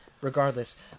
regardless